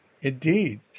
indeed